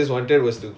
ya